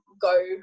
go